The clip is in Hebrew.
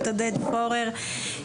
פורר,